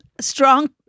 Strong